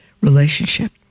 relationship